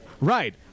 Right